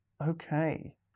Okay